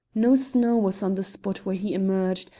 no snow was on the spot where he emerged,